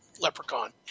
leprechaun